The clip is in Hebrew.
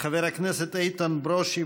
חבר הכנסת איתן ברושי,